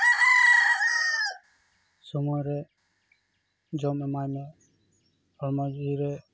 ᱥᱚᱢᱚᱭ ᱨᱮ ᱡᱚᱢ ᱮᱢᱟᱭ ᱢᱮ ᱦᱚᱲᱢᱚ ᱡᱤᱣᱤ ᱨᱮ